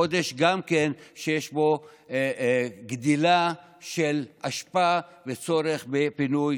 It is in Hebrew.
חודש שיש בו גידול באשפה ובצורך בפינוי